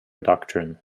doctrine